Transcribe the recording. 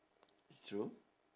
is true